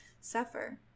suffer